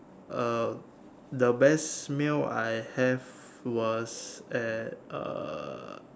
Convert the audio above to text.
uh the best meal I have was at err